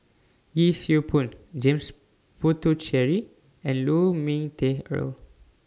Yee Siew Pun James Puthucheary and Lu Ming Teh Earl